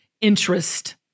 interest